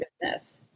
business